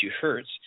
hertz